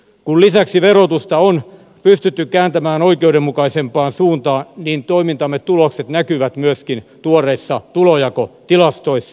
kun lisäksi verotusta on pystytty kääntämään oikeudenmukaisempaan suuntaan niin toimintamme tulokset näkyvät myöskin tuoreissa tulonjakotilastoissa